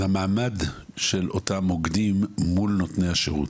המעמד של אותם מוקדים מול נותני השירות.